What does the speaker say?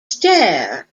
stare